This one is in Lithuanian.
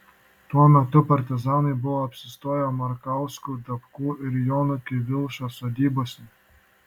tuo metu partizanai buvo apsistoję markauskų dapkų ir jono kivilšos sodybose